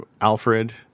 Alfred